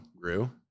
grew